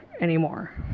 anymore